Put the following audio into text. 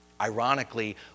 Ironically